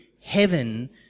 heaven